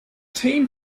team